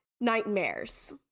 nightmares